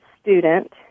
student